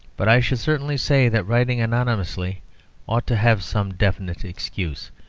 but i should certainly say that writing anonymously ought to have some definite excuse,